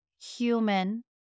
human